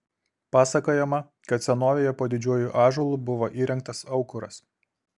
pasakojama kad senovėje po didžiuoju ąžuolu buvo įrengtas aukuras